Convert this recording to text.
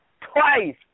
Twice